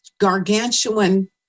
gargantuan